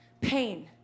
pain